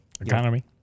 Economy